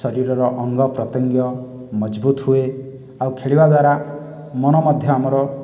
ଶରୀରର ଅଙ୍ଗ ପ୍ରତ୍ୟଙ୍ଗ ମଜବୁତ୍ ହୁଏ ଆଉ ଖେଳିବା ଦ୍ୱାରା ମନ ମଧ୍ୟ ଆମର